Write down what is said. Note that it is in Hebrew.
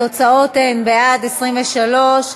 התוצאות הן: בעד 23,